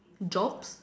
job